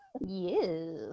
Yes